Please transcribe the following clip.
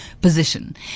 position